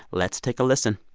let's take a listen